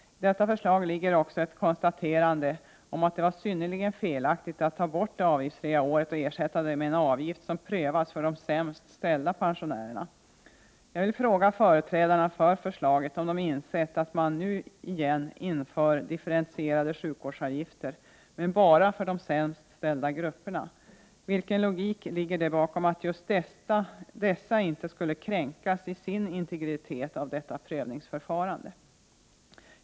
I detta förslag ligger också ett konstaterande om att det var synnerligen felaktigt att ta bort det avgiftsfria året och i stället införa en avgift som prövas för de sämst ställda pensionärerna. Jag vill fråga företrädarna för förslaget om de har insett att man nu igen inför differentierade sjukvårdsavgifter, men bara för de sämst ställda grupperna. Vilken logik ligger det bakom att just dessa inte skulle kränkas i sin integritet av detta prövningsförfarande?